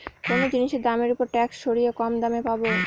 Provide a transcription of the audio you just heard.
কোনো জিনিসের দামের ওপর ট্যাক্স সরিয়ে কম দামে পাবো